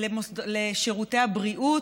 של שירותי הבריאות,